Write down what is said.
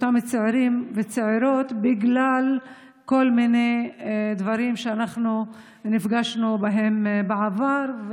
את אותם צעירות וצעירים בגלל כל מיני דברים שנפגשנו בהם בעבר,